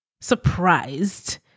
surprised